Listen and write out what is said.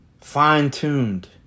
Fine-tuned